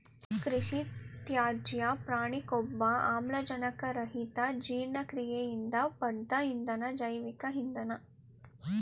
ಕೃಷಿತ್ಯಾಜ್ಯ ಪ್ರಾಣಿಕೊಬ್ಬು ಆಮ್ಲಜನಕರಹಿತಜೀರ್ಣಕ್ರಿಯೆಯಿಂದ ಪಡ್ದ ಇಂಧನ ಜೈವಿಕ ಇಂಧನ